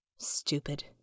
Stupid